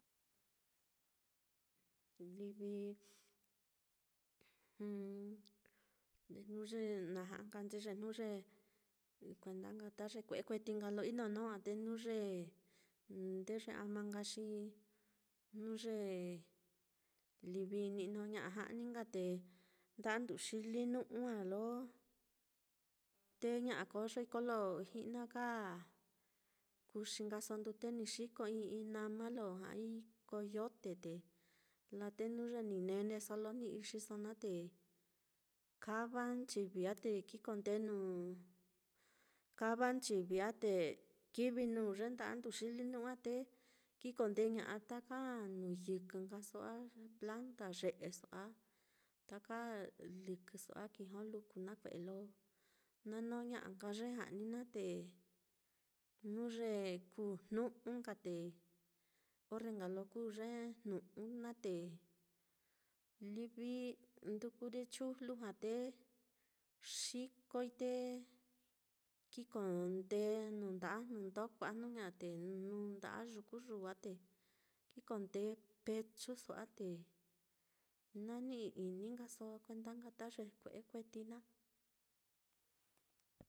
Livi jnuye na ja'a nkanchi jnu ye kuenda nka ta ye kue'e kueti nka lo inono á, te jnu ye nde ye ama nka xi, jnu ye livi ni'no ña'anka ja'ni á, te nda'a nduxilinu'u á, lo teña'a koyoi kolo ji'naka kuxi nkaso ndute ni xiko i'i nama lo ja'ai koyote, te laa te jnu ye ni neneso lo ni ixiso naá, te kava nchivi á te kikondee nuu kava nchivi á te kivi nuu ye nda'a nduxilinu'u á, te kikondeña'a taka nuyɨkɨ nkaso á, planta ye'eso á, taka lɨkɨso á kijoluku, nakue'e lo na nóña'a nka ye ja'ni naá, te jnu ye kuu jnu'ū nka te orre nka lo kuu ye jnu'ū naá, te livi nduku ye chujlu já, te xikoi te kikondee nuu nda'a jnu ndoko, a jnu ña'a te nuu nda'a yukuyuu á, te ki kondee pechuso á, te nani'i ini nkaso kuenda ta ye kue'e kueti naá.